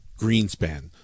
Greenspan